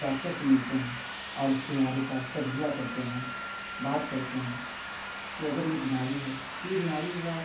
doctor سے ملتے ہیں اور اس بیماری کا تجزیہ کرتے ہیں بات کرتے ہیں کہ اگر یہ بیماری ہے تو یہ بیماری کا